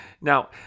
Now